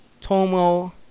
Tomo